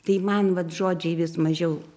tai man vat žodžiai vis mažiau